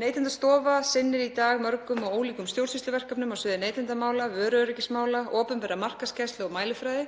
Neytendastofa sinnir í dag mörgum og ólíkum stjórnsýsluverkefnum á sviði neytendamála, vöruöryggismála, opinberrar markaðsgæslu og mælifræði,